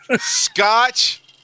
Scotch